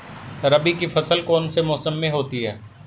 रबी की फसल कौन से मौसम में होती है?